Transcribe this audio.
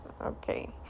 Okay